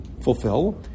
fulfill